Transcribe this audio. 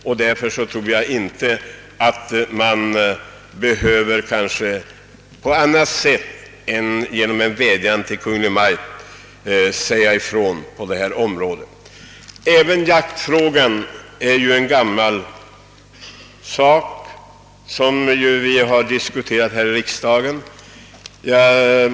Jag tror därför inte att man behöver göra annat än vädja till Kungl. Maj:t i denna fråga. Även jaktfrågan har många gånger diskuterats här i riksdagen.